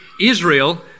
Israel